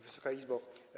Wysoka Izbo!